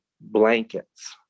blankets